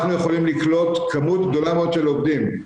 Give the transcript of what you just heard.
אנחנו יכולים לקלוט כמות גדולה מאוד של עובדים.